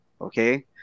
Okay